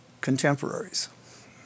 contemporaries